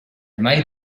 made